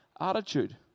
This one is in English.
attitude